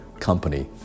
company